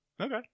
Okay